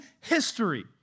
history